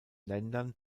ländern